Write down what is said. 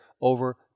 over